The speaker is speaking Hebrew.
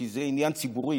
כי זה עניין ציבורי,